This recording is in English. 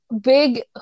big